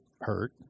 hurt